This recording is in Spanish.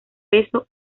peso